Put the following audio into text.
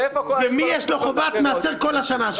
ומי יש לו חובת מעשר במשך כל השנה.